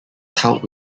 tiled